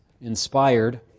inspired